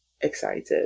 excited